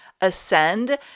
ascend